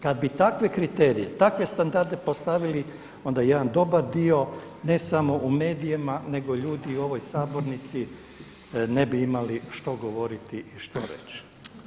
Kad bi takve kriterije, takve standarde postavili onda jedan dobar dio ne samo u medijima nego ljudi u ovoj Sabornici ne bi imali što govoriti i što reći.